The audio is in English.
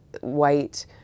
white